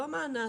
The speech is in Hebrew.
לא מענק,